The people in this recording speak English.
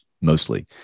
mostly